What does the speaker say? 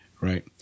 Right